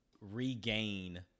regain